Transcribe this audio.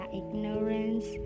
ignorance